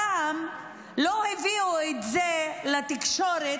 פעם לא הביאו את זה לתקשורת,